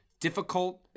difficult